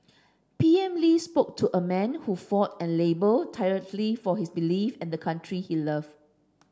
P M Lee spoke to a man who fought and laboured tirelessly for his belief and the country he loved